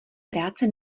práce